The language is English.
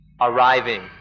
arriving